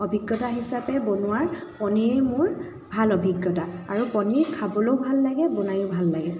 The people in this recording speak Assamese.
অভিজ্ঞতা হিচাপে বনোৱাৰ পনিৰ মোৰ ভাল অভিজ্ঞতা আৰু পনিৰ খাবলৈও ভাল লাগে বনায়ো ভাল লাগে